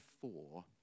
four